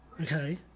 Okay